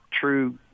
true